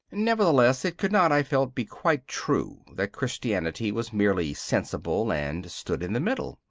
nevertheless it could not, i felt, be quite true that christianity was merely sensible and stood in the middle.